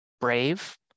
brave